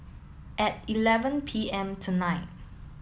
at eleven P M tonight